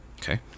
okay